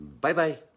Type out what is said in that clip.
Bye-bye